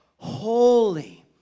holy